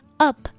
up